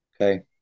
Okay